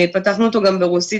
פתחנו אותו גם ברוסית